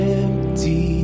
empty